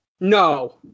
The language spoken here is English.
No